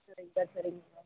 சரிங்கக்கா சரிங்கக்கா